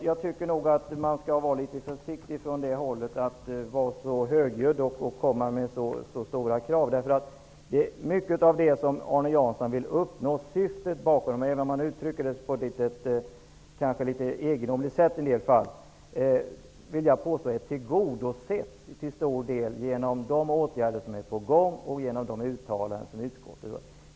Jag tycker därför att man från det hållet skall akta sig för att vara så högljudd och vara litet försiktig med att komma med stora krav. Det syfte som Arne Jansson vill uppnå -- låt vara att han i en del fall kanske uttrycker det på ett något egendomligt sätt -- är tillgodosett genom de åtgärder som är på gång och genom de uttalanden som utskottet gör.